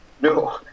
No